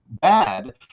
bad